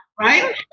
right